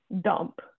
dump